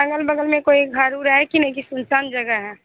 अगल बगल में कोई घर उर हैं कि नहीं सुनसान जगह है